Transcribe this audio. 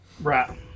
Right